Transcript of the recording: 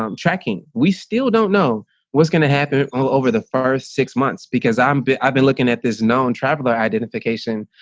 um tracking, we still don't know what's going to happen over the first six months because i'm, i've been looking at this known traveler identification